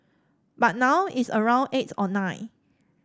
but now it's around eight or nine